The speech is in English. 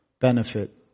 benefit